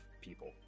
people